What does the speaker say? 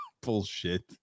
bullshit